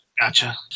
Gotcha